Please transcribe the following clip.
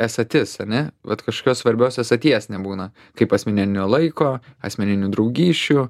esatis ar ne vat kažkokios svarbios esaties nebūna kaip asmeninio laiko asmeninių draugysčių